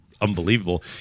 unbelievable